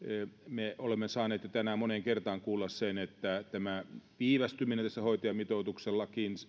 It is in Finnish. me olemme saaneet tänään jo moneen kertaan kuulla sen että tämä viivästyminen hoitajamitoituksen